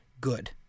good